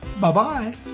bye-bye